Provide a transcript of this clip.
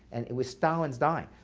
and it was stalin's dying.